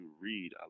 read